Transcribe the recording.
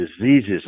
diseases